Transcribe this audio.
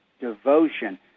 devotion